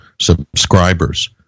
subscribers